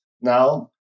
Now